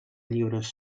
llibres